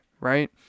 right